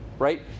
right